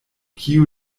kiu